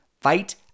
fight